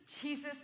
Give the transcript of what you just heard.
Jesus